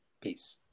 Peace